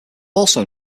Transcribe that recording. also